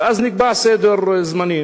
ואז נקבע סדר זמנים: